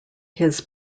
his